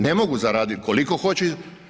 Ne mogu zaradit koliki hoće.